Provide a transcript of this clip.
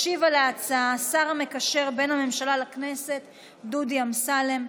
ישיב על ההצעה השר המקשר בין הממשלה לכנסת דודי אמסלם.